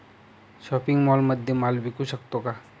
Shopping मॉलमध्ये माल विकू शकतो का?